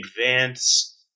advance